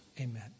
Amen